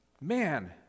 Man